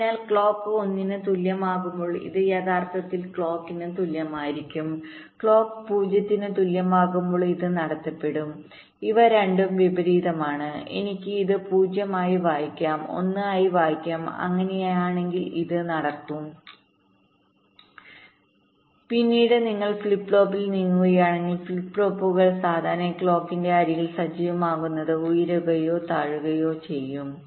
അതിനാൽ ക്ലോക്ക് 1 ന് തുല്യമാകുമ്പോൾ ഇത് യഥാർത്ഥത്തിൽ ക്ലോക്കിന് തുല്യമായിരിക്കും ക്ലോക്ക് 0 ന് തുല്യമാകുമ്പോൾ ഇത് നടത്തപ്പെടും ഇവ രണ്ടും വിപരീതമാണ് എനിക്ക് ഇത് 0 ആയി വായിക്കാം 1 ആയി വായിക്കാം അങ്ങനെയാണെങ്കിൽ ഇത് നടക്കും 1 പിന്നീട് നിങ്ങൾ ഫ്ലിപ്പ് ഫ്ലോപ്പിൽ നീങ്ങുകയാണെങ്കിൽ ഫ്ലിപ്പ് ഫ്ലോപ്പുകൾ സാധാരണയായി ക്ലോക്കിന്റെ അരികിൽ സജീവമാകുന്നത് ഉയരുകയോ താഴുകയോ ചെയ്യുക